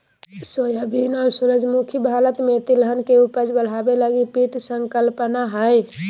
soybean और सूरजमुखी भारत में तिलहन के उपज बढ़ाबे लगी पीत संकल्पना हइ